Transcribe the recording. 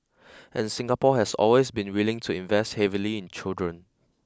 and Singapore has always been willing to invest heavily in children